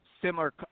similar